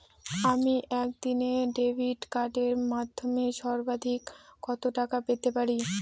আমি একদিনে ডেবিট কার্ডের মাধ্যমে সর্বাধিক কত টাকা পেতে পারি?